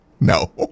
No